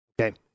Okay